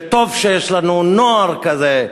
טוב שיש לנו נוער כזה,